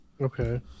Okay